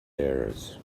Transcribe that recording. aires